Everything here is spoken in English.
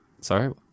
Sorry